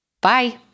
Bye